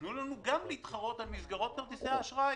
תנו לנו גם להתחרות על מסגרות כרטיסי האשראי.